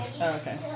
Okay